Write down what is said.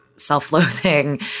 self-loathing